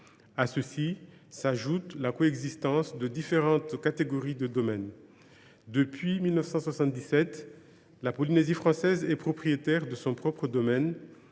À cela s’ajoute la coexistence de différentes catégories de domaines. Depuis 1977, la Polynésie française est propriétaire de son propre domaine,